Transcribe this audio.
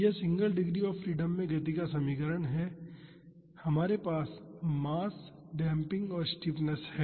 यह single degree of freedom में गति का समीकरण है हमारे पास मास डेम्पिंग और स्टिफनेस है